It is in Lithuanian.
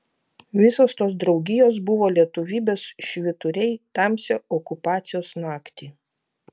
visos tos draugijos buvo lietuvybės švyturiai tamsią okupacijos naktį